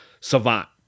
savant